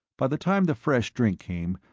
by the time the fresh drink came,